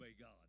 god